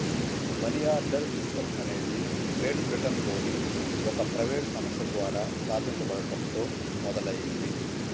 money order system అనేది great బ్రిటన్లోని ఒక ప్రైవేట్ సంస్థ ద్వారా స్థాపించబడటంతో మొదలైంది